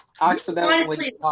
Accidentally